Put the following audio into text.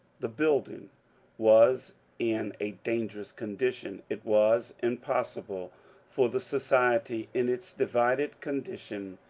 the building was in a dan gerous condition. it was impossible for the society, in its divided condition,